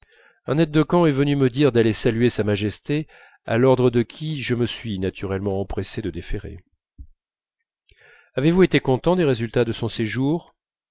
aide de camp est venu me dire d'aller saluer sa majesté à l'ordre de qui je me suis naturellement empressé de déférer avez-vous été content des résultats de son séjour